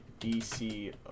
DC